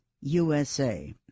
USA